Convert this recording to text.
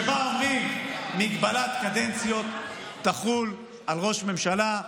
שבה אומרים, מגבלת קדנציות תחול על ראש ממשלה.